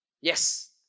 yes